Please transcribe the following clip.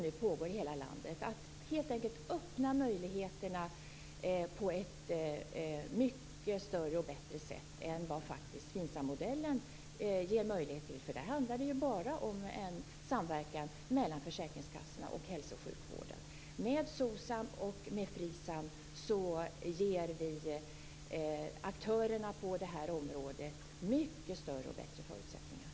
Nu ges mycket bättre möjligheter än vad FINSAM gjorde. Där handlade det bara om en samverkan mellan försäkringskassorna och hälso och sjukvården. Med SOCSAM och FRI SAM ger vi aktörerna på detta område mycket större och bättre förutsättningar.